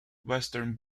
western